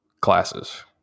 classes